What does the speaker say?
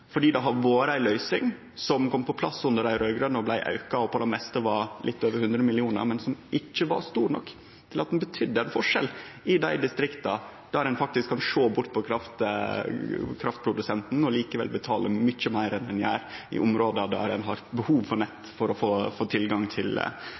har vore ei løysing som kom på plass under dei raud-grøne, og som blei auka og på det meste var på litt over 100 mill. kr, men som ikkje var stor nok til at ho betydde ein forskjell i dei distrikta der ein faktisk kan sjå bort på kraftprodusenten, og likevel betale mykje meir enn ein gjer i dei områda der ein har behov for nett